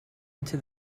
into